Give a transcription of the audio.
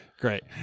great